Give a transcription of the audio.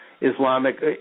Islamic